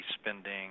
spending